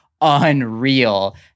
unreal